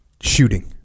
shooting